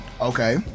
Okay